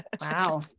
Wow